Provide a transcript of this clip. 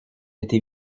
été